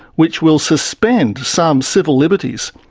which will suspend some civil liberties.